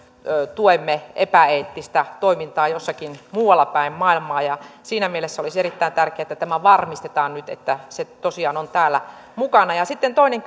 tuemme epäeettistä toimintaa jossakin muualla päin maailmaa siinä mielessä olisi erittäin tärkeätä että tämä varmistetaan nyt että se tosiaan on täällä mukana sitten toinen